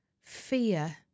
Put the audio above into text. fear